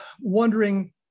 wondering